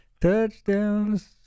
Touchdowns